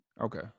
Okay